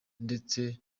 ndetse